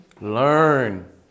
Learn